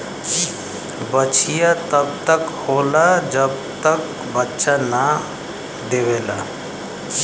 बछिया तब तक होला जब तक बच्चा न देवेला